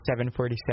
747